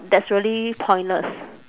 that's really pointless